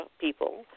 people